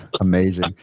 Amazing